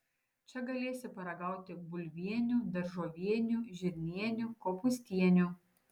čia galėsi paragauti bulvienių daržovienių žirnienių kopūstienių